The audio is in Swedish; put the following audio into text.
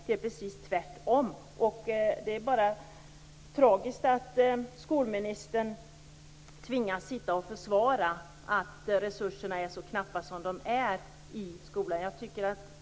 Det är precis tvärtom. Det är bara tragiskt att skolministern tvingas försvara att resurserna i skolan är så knappa som de är.